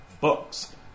books